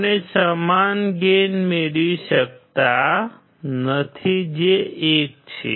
આપણે સમાન ગેઇન મેળવી શકતા નથી જે 1 છે